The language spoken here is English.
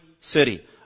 city